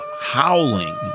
howling